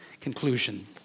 Conclusion